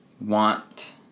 want